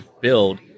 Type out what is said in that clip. build